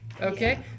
Okay